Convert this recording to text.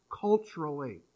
culturally